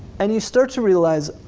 and you start to realize,